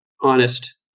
honest